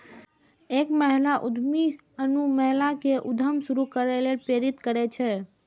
एक महिला उद्यमी आनो महिला कें उद्यम शुरू करै लेल प्रेरित करै छै